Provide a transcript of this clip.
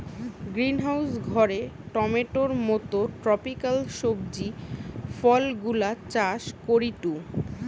greenhouse ঘরে টমেটোর মত ট্রপিকাল সবজি ফলগুলা চাষ করিটু